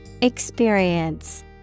Experience